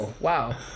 wow